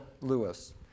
Lewis